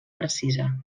precisa